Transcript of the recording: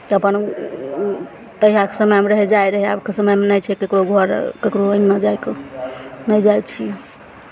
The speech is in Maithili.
तऽ अपन पहिलाके समयमे रहय जाइत रहय आबके समयमे नहि छै ककरो घर ककरो अङ्गना जायके नहि जाइ छियै